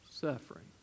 Suffering